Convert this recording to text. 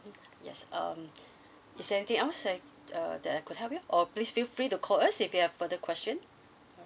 yes um is there anything else I err that I could help you or please feel free to call us if you have further question